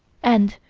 and,